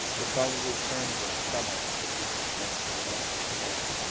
would probably turn the stomach of even the most romantic man,